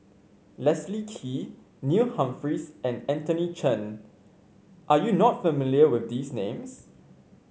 Leslie Kee Neil Humphreys and Anthony Chen are you not familiar with these names